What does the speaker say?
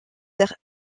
terre